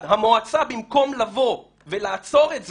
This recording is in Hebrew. במקום לבוא ולעצור את זה,